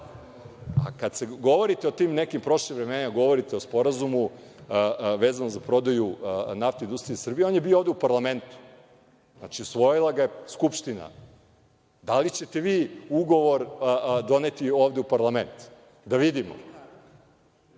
zna. Kad govorite o tim nekim prošlim vremenima, govorite o sporazumu vezano za prodaju NIS. On je bio ovde u parlamentu, usvojila ga je Skupština. Da li ćete vi ugovor doneti ovde u parlament, da vidimo?